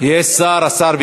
יש שר.